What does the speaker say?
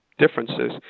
differences